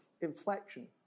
inflection